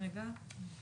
רגע.